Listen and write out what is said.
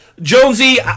Jonesy